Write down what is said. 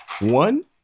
One